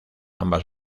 ambas